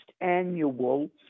Annual